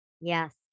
Yes